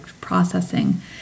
processing